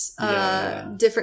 different